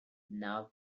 now